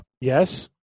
Yes